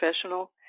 professional